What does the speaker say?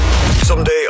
Someday